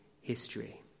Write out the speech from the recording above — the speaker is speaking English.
history